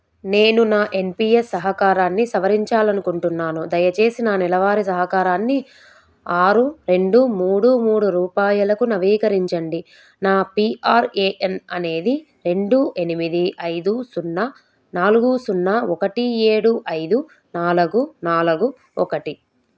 నేను నా N P S సహకారాన్ని సవరించాలి అనుకుంటున్నాను దయచేసి నా నెలవారీ సహకారాన్నిఆరు రెండు మూడు మూడు రూపాయలకు నవీకరించండి నా పీ ఆర్ ఏ ఎన్ అనేది రెండు ఎనిమిది ఐదు సున్నా నాలుగు సున్నా ఒకటి ఏడు ఐదు నాలుగు నాలుగు ఒకటి